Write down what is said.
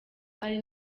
ari